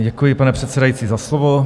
Děkuji, pane předsedající, za slovo.